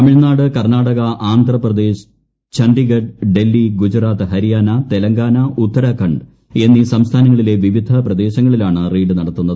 തമിഴ്നാട് കർണാടക ആന്ധ്ര പ്രദേശ് ഛണ്ഡിഗഡ് ഡൽഹി ഗുജറാത്ത് ഹരിയാന തെലങ്കാന ഉത്താഖണ്ഡ്എന്നീ സംസ്ഥാനങ്ങളിലെ വിവിധ പ്രദേശങ്ങളിലാണ് റെയ്ഡ് നടത്തുന്നത്